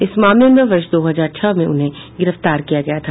इस मामले में वर्ष दो हजार छह में उन्हें गिरफ्तार किया गया था